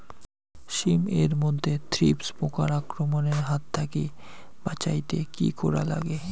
শিম এট মধ্যে থ্রিপ্স পোকার আক্রমণের হাত থাকি বাঁচাইতে কি করা লাগে?